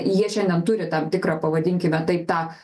jie šiandien turi tam tikrą pavadinkime taip tą